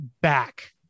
back